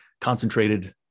concentrated